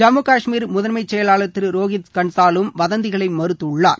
ஜம்மு கஷ்மீர் முதன்மை செயலாளர் திரு ரோஹித் கன்சாலும் வதந்திகளை மறுத்துள்ளார்